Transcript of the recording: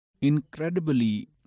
incredibly